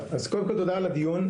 קודם כול תודה על הדיון,